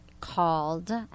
called